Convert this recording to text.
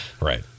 Right